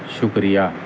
شکریہ